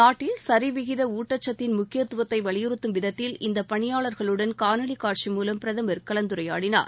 நாட்டில் சரிவிகித ஊட்டச்சத்தின் முக்கியத்துவத்தை வலியுறுத்தும் விதத்தில் இந்தப் பணியாளர்களுடன் காணொலி காட்சி மூலம் பிரதமர் கலந்துரையாடினார்